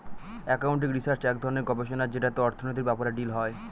accounting research এক ধরনের গবেষণা যেটাতে অর্থনীতির ব্যাপারে ডিল হয়